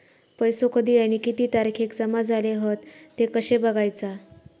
पैसो कधी आणि किती तारखेक जमा झाले हत ते कशे बगायचा?